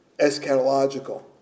eschatological